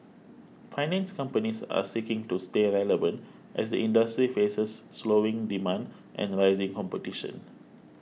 finance companies are seeking to stay relevant as the industry faces slowing demand and rising competition